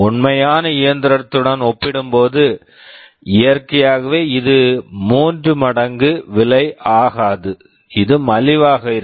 உண்மையான இயந்திரத்துடன் ஒப்பிடும்போது இயற்கையாகவே இது மூன்று மடங்கு விலை ஆகாது இது மலிவாக இருக்கும்